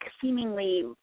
seemingly